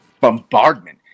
bombardment